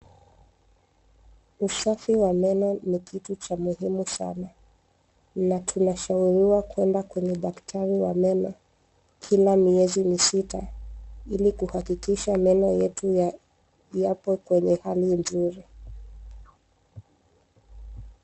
Usafi wa meno ni kitu cha muhimu sana, na tunashauriwa kwenda kwenye daktari wa meno, kila miezi misita, ili kuhakikisha meno yetu yapo kwenye hali nzuri.